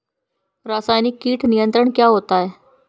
रसायनिक कीट नियंत्रण क्या होता है?